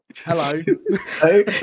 Hello